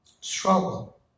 struggle